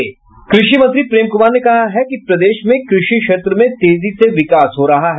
कृषि मंत्री प्रेम कुमार ने कहा है कि प्रदेश में कृषि क्षेत्र में तेजी से विकास हो रहा है